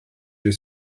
j’ai